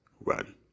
run